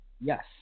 Yes